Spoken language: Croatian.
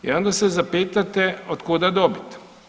I onda se zapitate od kuda dobit?